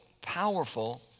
powerful